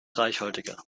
reichhaltiger